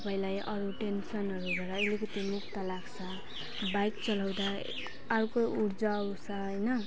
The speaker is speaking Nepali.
तपाईँलाई अरू टेन्सनहरूबाट अलिकति मुक्त लाग्छ बाइक चलाउँदा अर्को ऊर्जा आउँछ हैन